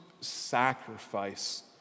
sacrifice